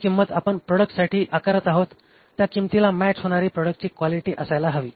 जी किंमत आपण प्रॉडक्ट साठी आकारात आहोत त्या किंमतीला मॅच होणारी प्रॉडक्टची क्वालिटी असायला हवी